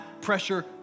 pressure